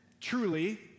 truly